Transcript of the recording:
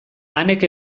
anek